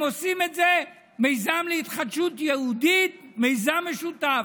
הם עושים מזה מיזם להתחדשות יהודית, מיזם משותף.